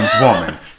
woman